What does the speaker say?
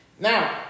Now